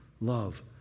love